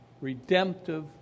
redemptive